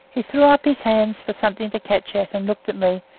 he threw up his hands for something to catch at and looked at me,